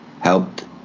helped